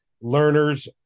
learners